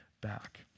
back